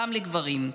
גם לגברים.